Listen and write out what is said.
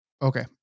Okay